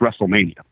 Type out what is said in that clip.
WrestleMania